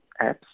apps